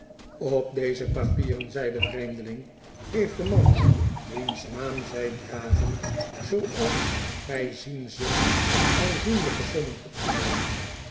qp deze papieren zei de vreemdeling heeft de man wiens naam zij dragen zooals gij zien zult aanzienlijke sommen opgenomen